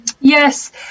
Yes